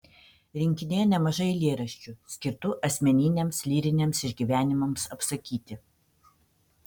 rinkinyje nemažai eilėraščių skirtų asmeniniams lyriniams išgyvenimams apsakyti